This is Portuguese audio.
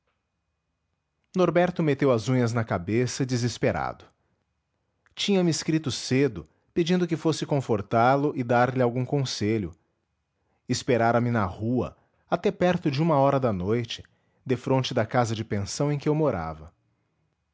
norberto meteu as unhas na cabeça desesperado tinha-me escrito cedo pedindo que fosse